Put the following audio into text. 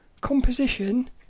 composition